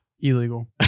Illegal